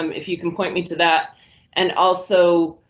um if you can point me to that and also,